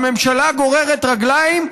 הממשלה גוררת רגליים,